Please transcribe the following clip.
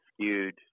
skewed